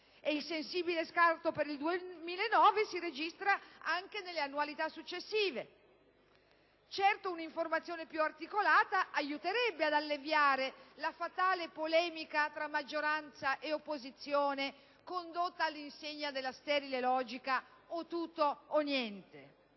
Ed il sensibile scarto per il 2009 si registra anche nelle annualità successive. Certo, un'informazione più articolata aiuterebbe ad alleviare la fatale polemica tra maggioranza ed opposizione condotta all'insegna della sterile logica «o tutto o niente».